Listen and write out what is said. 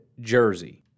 jersey